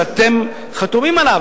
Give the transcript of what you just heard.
שאתם חתומים עליו.